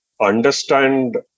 understand